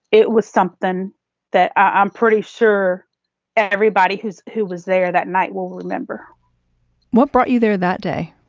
it was something that i'm pretty sure everybody who's who was there that night will remember what brought you there that day.